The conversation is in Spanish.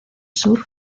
sur